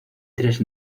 tres